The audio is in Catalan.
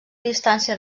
distància